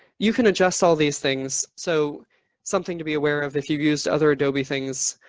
you can adjust all these things. so something to be aware of, if you've used other adobe things,